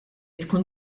tkun